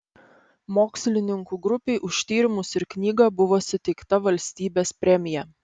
mokslininkų grupei už tyrimus ir knygą buvo suteikta valstybės premija